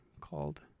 called